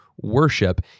worship